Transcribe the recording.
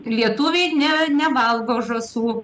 lietuviai ne nevalgo žąsų